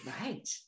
Right